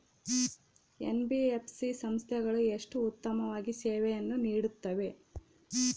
NBFC ಸಂಸ್ಥೆಗಳು ಎಷ್ಟು ಉತ್ತಮವಾಗಿ ಸೇವೆಯನ್ನು ನೇಡುತ್ತವೆ?